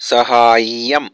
सहाय्यम्